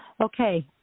Okay